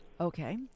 Okay